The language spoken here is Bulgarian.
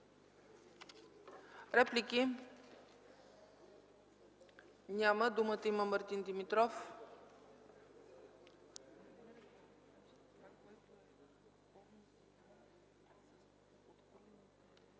Реплики? Няма. Думата има Мартин Димитров.